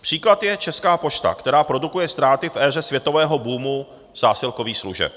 Příklad je Česká pošta, která produkuje ztráty v éře světového boomu zásilkových služeb.